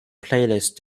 playlist